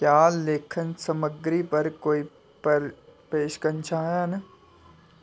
क्या लेखन समग्री पर कोई पेशकशां हैन